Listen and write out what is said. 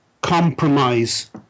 compromise